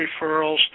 referrals